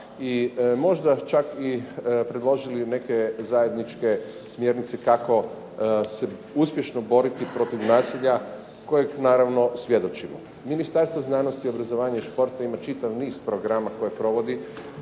možda čak i predložili neke zajedničke smjernice kako se uspješno boriti protiv nasilja kojeg naravno svjedočimo. Ministarstvo znanosti, obrazovanja i športa ima čitav niz programa koje provodi.